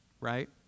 right